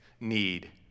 need